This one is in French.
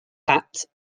pat